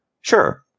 Sure